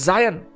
Zion